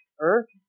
earth